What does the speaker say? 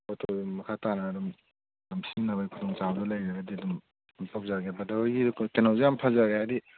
ꯄꯣꯠꯇꯣ ꯑꯗꯨꯝ ꯃꯈꯥ ꯇꯥꯅ ꯑꯗꯨꯝ ꯁꯤꯖꯤꯟꯅꯕꯒꯤ ꯈꯨꯗꯣꯡ ꯆꯥꯕꯗꯣ ꯂꯩꯔꯒꯗꯤ ꯑꯗꯨꯝ ꯀꯩꯅꯣ ꯇꯧꯖꯒꯦ ꯕꯔꯗꯔꯍꯣꯏꯒꯤ ꯀꯩꯅꯣꯁꯨ ꯌꯥꯝ ꯐꯖꯔꯦ ꯍꯥꯏꯕꯗꯤ